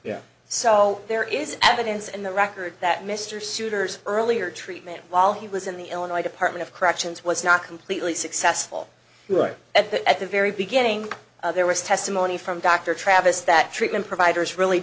question so there is evidence and the record that mr souter's earlier treatment while he was in the illinois department of corrections was not completely successful you are at the at the very beginning there was testimony from dr travis that treatment providers really